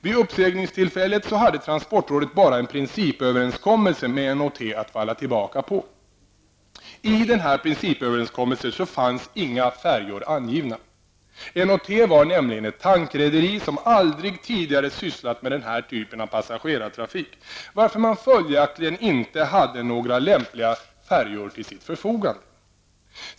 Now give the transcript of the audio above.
Vid uppsägningstillfället hade transportrådet bara en principöverenskommelse med N & T att falla tillbaka på. I denna principöverenskommelse fanns inga färjor angivna. N & T var nämligen ett tankrederi som aldrig tidigare sysslat med den här typen av passagerartrafik, varför man följaktligen inte hade några lämpliga färjor till sitt förfogande.